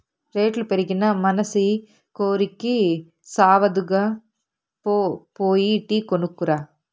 రేట్లు పెరిగినా మనసి కోరికి సావదుగా, పో పోయి టీ కొనుక్కు రా